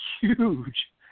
huge